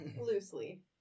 Loosely